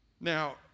Now